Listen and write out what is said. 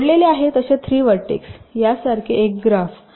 जोडलेले आहेत अशा 3 व्हर्टेक्स यासारखे एक ग्राफ